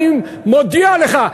אני מודיע לך,